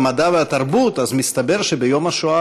עושה תערוכה של הכחשת השואה ביום השואה